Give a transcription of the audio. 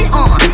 on